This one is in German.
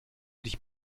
dich